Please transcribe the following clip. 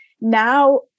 now